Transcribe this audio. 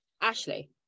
ashley